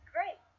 Great